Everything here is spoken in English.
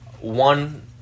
one